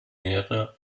mehrere